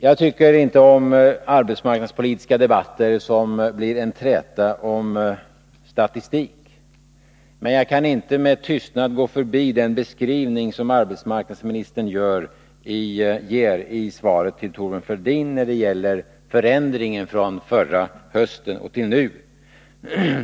Jag tycker inte om arbetsmarknadspolitiska debatter som blir till en träta om statistik, men jag kan inte med tystnad gå förbi den beskrivning som arbetsmarknadsministern ger i svaret till Thorbjörn Fälldin när det gäller förändringen från i höstas till nu.